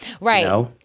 Right